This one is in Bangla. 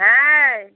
হ্যাঁ